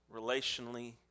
relationally